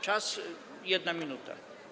Czas - 1 minuta.